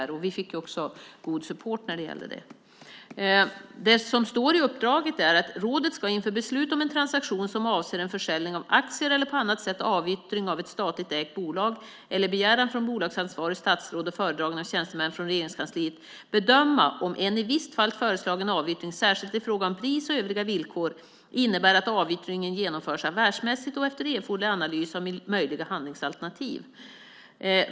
Vi fick också god support när det gällde detta. I uppdraget står det: "Rådet ska inför beslut om en transaktion som avser en försäljning av aktier eller på annat sätt avyttring av ett statligt ägt bolag efter begäran från bolagsansvarigt statsråd och föredragning av tjänstemän från Regeringskansliet bedöma om en i visst fall föreslagen avyttring, särskilt i fråga om pris och övriga villkor, innebär att avyttringen genomförs affärsmässigt och efter erforderlig analys av möjliga handlingsalternativ.